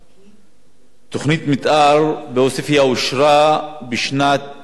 תוכנית המיתאר בעוספיא אושרה בשנת 1978,